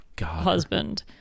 husband